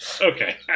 Okay